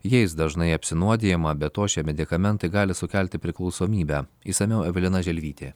jais dažnai apsinuodijama be to šie medikamentai gali sukelti priklausomybę išsamiau evelina želvytė